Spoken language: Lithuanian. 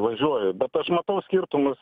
važiuoju bet aš matau skirtumus